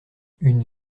une